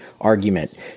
argument